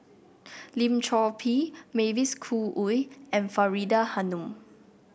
Lim Chor Pee Mavis Khoo Oei and Faridah Hanum